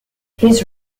his